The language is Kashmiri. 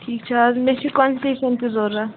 ٹھیٖک چھِ حظ مےٚ چھِ کَنسیشَن تہِ ضرَوٗرت